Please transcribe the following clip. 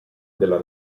della